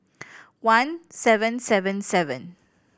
one seven seven seven